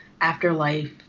afterlife